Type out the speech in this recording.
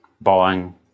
buying